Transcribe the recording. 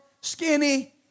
skinny